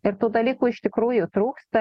ir tų dalykų iš tikrųjų trūksta